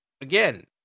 again